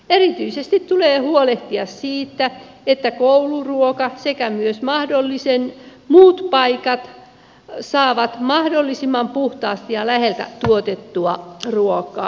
erityisesti tulee huolehtia siitä että koulut sekä myös mahdolliset muut paikat saavat mahdollisimman puhtaasti ja lähellä tuotettua ruokaa